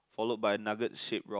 follow by nugget shaped rock